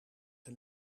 een